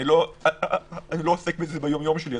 אני לא עוסק בזה ביומיום שלי,